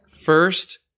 First